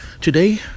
Today